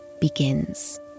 begins